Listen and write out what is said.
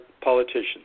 politicians